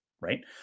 right